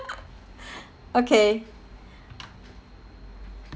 okay